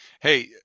Hey